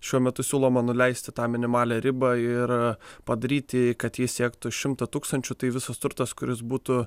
šiuo metu siūloma nuleisti tą minimalią ribą ir padaryti kad jis siektų šimtą tūkstančių tai visas turtas kuris būtų